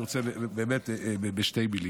אני רוצה בשתי מילים: